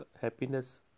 happiness